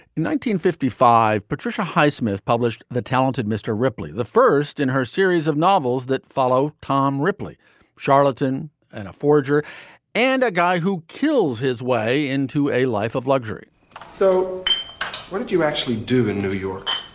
fifty five, patricia highsmith published the talented mr. ripley, the first in her series of novels that follow tom ripley charlatan and a forger and a guy who kills his way into a life of luxury so what did you actually do in new york?